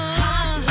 hot